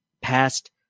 past